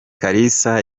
kalisa